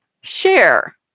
share